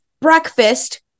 breakfast